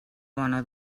bona